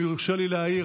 אם יורשה להעיר,